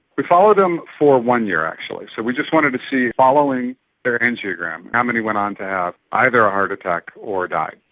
we followed them for one year actually, so we just wanted to see, following their angiogram, how many went on to have either a heart attack or die.